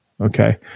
Okay